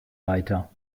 weiter